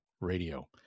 Radio